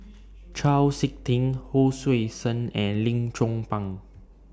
Chau Sik Ting Hon Sui Sen and Lim Chong Pang